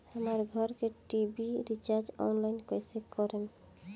हमार घर के टी.वी रीचार्ज ऑनलाइन कैसे करेम?